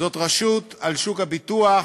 זאת רשות פיקוח על שוק הביטוח,